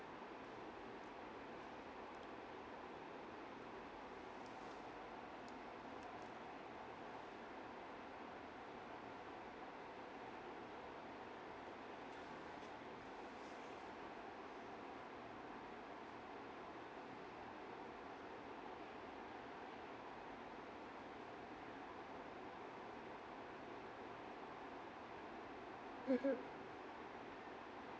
mmhmm